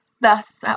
Thus